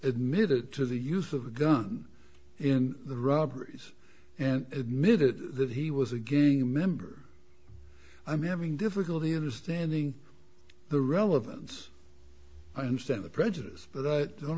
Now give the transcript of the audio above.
admitted to the use of a gun in the robberies and admitted that he was a gang member i'm having difficulty understanding the relevance i understand the prejudice but i don't